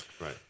right